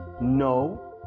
No